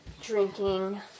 drinking